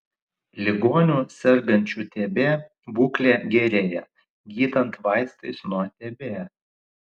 ligonių sergančių tb būklė gerėja gydant vaistais nuo tb